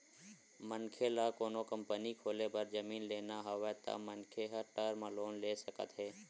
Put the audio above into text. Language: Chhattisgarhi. मनखे ल कोनो कंपनी खोले बर जमीन लेना हवय त मनखे ह टर्म लोन ले सकत हे